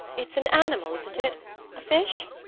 it's an animal, isn't it a fish?